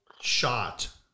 shot